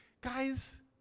guys